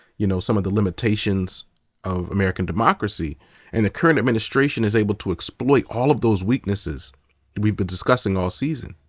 you know, some of the limitations of american democracy democracy and the current administration is able to exploit all of those weaknesses we've been discussing all season,